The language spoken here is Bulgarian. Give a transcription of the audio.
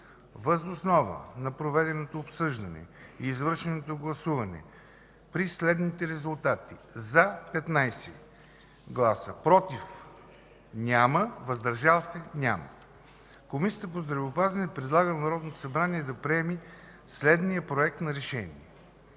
Въз основа на проведеното обсъждане и извършеното гласуване при следните резултати „за” 15, без „против” и „въздържал се”, Комисията по здравеопазването предлага на Народното събрание да приеме следния Проект на решение: